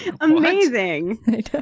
Amazing